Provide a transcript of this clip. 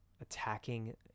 attacking